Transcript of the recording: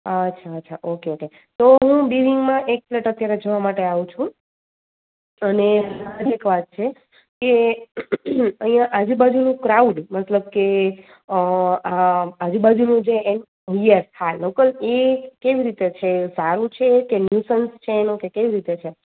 અચ્છા અચ્છા okay okay તો હું બી વીંગમાં એક ફલેટ અત્યારે જોવા માટે આવું છું અને એક વાત છે કે અહીંયા આજુબાજુનું ક્રાઉડ મતલબ કે આજુબાજુનું જે યસ હા લોકલ એ કેવી રીતે છે સારું છે કે નુસન્સ છે એનું કેવી રીતે છે